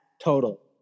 total